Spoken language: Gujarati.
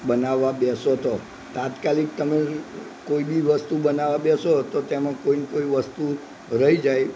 બનાવવા બેસો તો તાત્કાલિક તમે કોઈ બી વસ્તુ બનાવવા બેસો તો તેમાં કોઈને કોઈ વસ્તુ રહી જાય